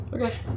Okay